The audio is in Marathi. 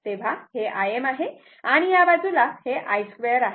तेव्हा हे Im आहे आणि या बाजूला हे i2 आहे